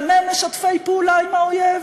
גם הם משתפי פעולה עם האויב?